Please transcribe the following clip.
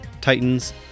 Titans